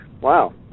wow